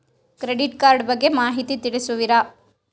Credit card ಬಗ್ಗೆ ಮಾಹಿತಿ ತಿಳಿಸುವಿರಾ?